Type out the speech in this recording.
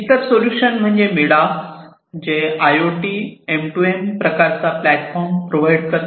इतर सोल्युशन म्हणजे मिडास जे IOT M2M प्रकारचा प्लॅटफॉर्म प्रोव्हाइड करते